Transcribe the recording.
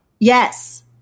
Yes